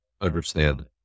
understand